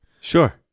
Sure